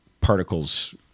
particles